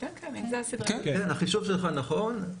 החישוב שלך נכון.